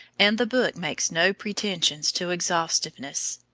and the book makes no pretensions to exhaustiveness.